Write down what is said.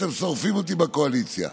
אתם שורפים אותי בקואליציה,